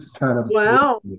Wow